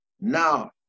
Now